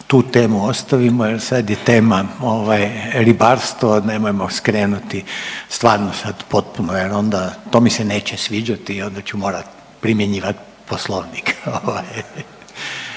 tu temu ostavimo jer sad je tema ovaj ribarstvo nemojmo skrenuti stvarno sad potpuno jer onda to mi se neće sviđati i onda ću morat primjenjiva Poslovnik